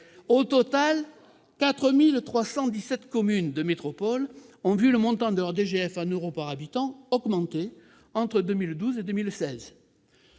Au total, 4 317 communes de métropole ont vu le montant de leur DGF par habitant augmenter entre 2012 et 2016.